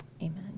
Amen